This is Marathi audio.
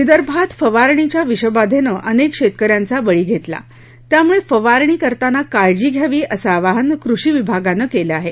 विदर्भात फवारणीच्या विषबाधेनं अनेक शेतक यांचा बळी घेतला त्यामुळे फवारणी करताना काळजी घ्यावी असं आवाहन कृषी विभागानं केलं आहे